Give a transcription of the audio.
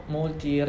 molti